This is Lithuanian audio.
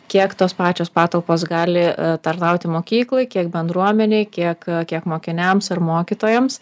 kiek tos pačios patalpos gali tarnauti mokykloj kiek bendruomenėj kiek kiek mokiniams ir mokytojams